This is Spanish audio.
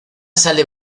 sale